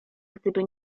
gdyby